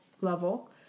level